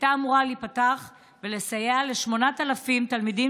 הייתה אמורה להיפתח ולסייע ל-8,000 תלמידים